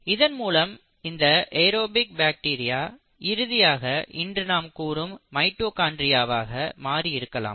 இதன் மூலம் இந்த ஏரோபிக் பாக்டீரியா இறுதியாக இன்று நாம் கூறும் மைட்டோகாண்ட்ரியாவாக மாறியிருக்கலாம்